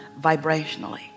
vibrationally